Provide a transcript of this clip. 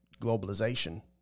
globalization